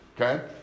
okay